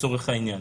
לצורך העניין.